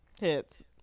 Hits